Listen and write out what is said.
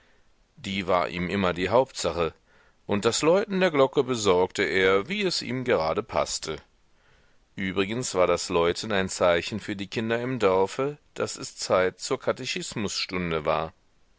die war ihm immer die hauptsache und das läuten der glocke besorgte er wie es ihm gerade paßte übrigens war das läuten ein zeichen für die kinder im dorfe daß es zeit zur katechismusstunde war